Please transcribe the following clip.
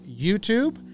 YouTube